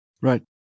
Right